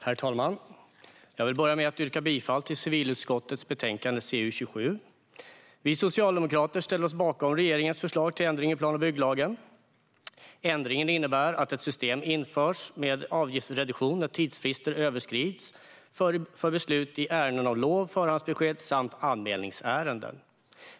Herr talman! Jag yrkar bifall till civilutskottets förslag. Vi socialdemokrater ställer oss bakom regeringens förslag till ändring i plan och bygglagen. Ändringen innebär att ett system införs med avgiftsreduktion när tidsfrister överskrids för beslut i ärenden om lov, förhandsbesked och anmälan.